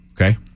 Okay